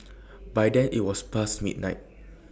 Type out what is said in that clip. by then IT was past midnight